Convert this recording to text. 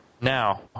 Now